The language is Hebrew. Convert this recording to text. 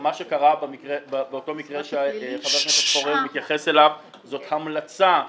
שמה שקרה באותו מקרה שחבר הכנסת פורר מתייחס אליו זאת המלצה לקציבה,